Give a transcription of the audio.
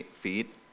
feet